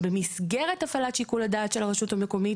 ובמסגרת הפעלת שיקול הדעת של הרשות המקומית